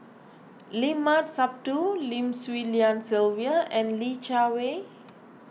Limat Sabtu Lim Swee Lian Sylvia and Li Jiawei